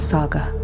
Saga